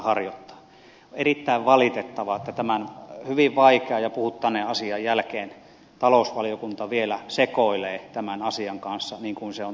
on erittäin valitettavaa että tämän hyvin vaikean ja puhuttaneen asian jälkeen talousvaliokunta vielä sekoilee tämän asian kanssa niin kuin se on tehnyt